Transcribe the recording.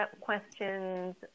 questions